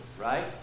right